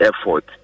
effort